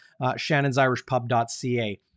shannonsirishpub.ca